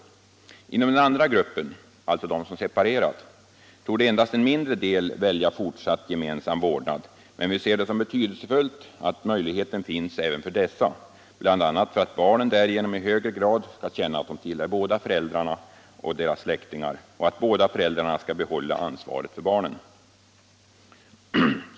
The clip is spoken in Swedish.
Inom den andra gruppen, alltså de föräldrar som separerat, torde endast en mindre del välja fortsatt gemensam vårdnad, men vi ser det som betydelsefullt att möjligheten finns även för dessa, bl.a. för att barnen därigenom i högre grad skall känna att de tillhör båda föräldrarna och deras släktingar och att båda föräldrarna skall bibehålla ansvaret för barnen.